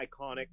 iconic